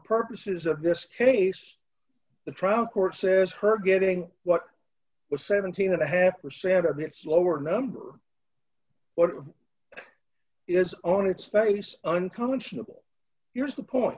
purposes of this case the trial court says her getting what was seventeen and a half percent of its lower number what is on its face unconscionable here's the point